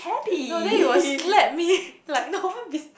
no then he will slap me like no one be